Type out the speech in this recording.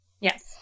yes